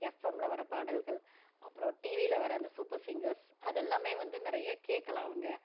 எஃப்எம்மில் வர பாடல்கள் அப்புறம் டிவியில் வர இந்த சூப்பர் சிங்கர்ஸ் அதெல்லாமே வந்து நிறைய கேட்கலாம் அவங்க